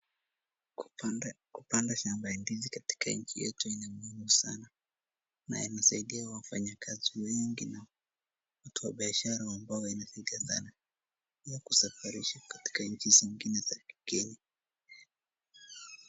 Kupanda shamba ya ndizi katika nchi yetu ni muhimu sana inayomsaidia wafanyikazi wengi na watu wa biashara ambao inasaidia sana , hiyo kusafirisha katika nchi zingine za kigeni.